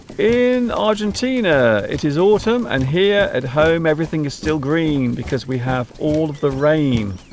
in argentina it is autumn and here at home everything is still green because we have all of the rain